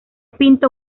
pinto